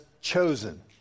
chosen